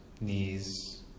knees